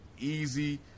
easy